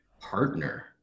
partner